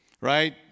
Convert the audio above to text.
right